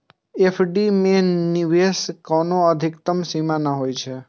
FD मे निवेश के कोनो अधिकतम सीमा नै होइ छै